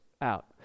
out